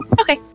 Okay